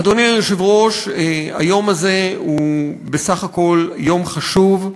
אדוני היושב-ראש, היום הזה הוא בסך הכול יום חשוב.